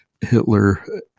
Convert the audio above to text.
Hitler